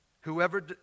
whoever